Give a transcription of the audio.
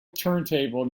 turntable